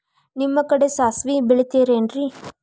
ನಿಮ್ಮ ಕಡೆ ಸಾಸ್ವಿ ಬೆಳಿತಿರೆನ್ರಿ?